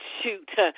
shoot